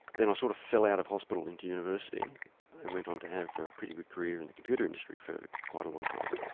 then i sort of fell out of hospital into university and went on to have a pretty good career in the computer industry for quite a long time.